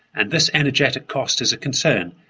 and this energetic cost is a concern,